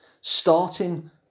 starting